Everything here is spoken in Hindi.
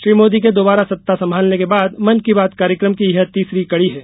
श्री मोदी के दोबारा सत्ता संभालने के बाद मन की बात कार्यक्रम की यह तीसरी कड़ी है